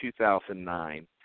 2009